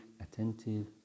attentive